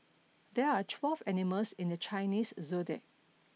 there are twelve animals in the Chinese zodiac